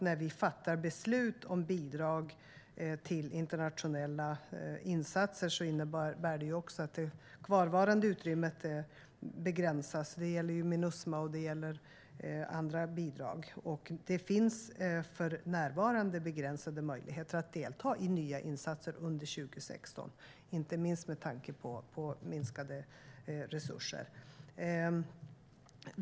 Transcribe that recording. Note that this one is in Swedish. När vi fattar beslut om bidrag till internationella insatser innebär det att det kvarvarande utrymmet begränsas. Det gäller Minusma och andra bidrag. Det finns för närvarande begränsade möjligheter att delta i nya insatser under 2016, inte minst med tanke på minskade resurser.